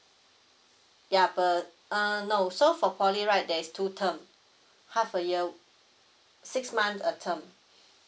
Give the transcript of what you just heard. ya per uh no so for poly right there is two term half a year six month a term